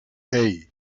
hey